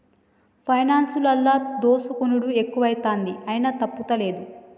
పైనాన్సులల్ల దోసుకునుడు ఎక్కువైతంది, అయినా తప్పుతలేదు